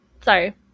sorry